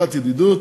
אגודת ידידות